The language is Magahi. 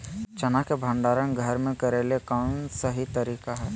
चना के भंडारण घर पर करेले कौन सही तरीका है?